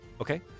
okay